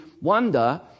wonder